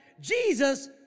Jesus